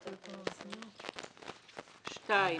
"(2)